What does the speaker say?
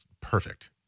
perfect